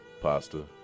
pasta